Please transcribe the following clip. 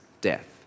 death